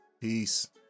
peace